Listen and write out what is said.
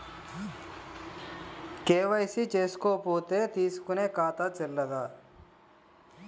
KYC చేసుకోకపోతే తీసుకునే ఖాతా చెల్లదా?